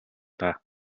даа